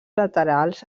laterals